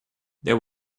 there